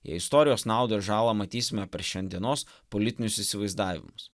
jei istorijos naudą ir žalą matysime per šiandienos politinius įsivaizdavimus